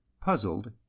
puzzled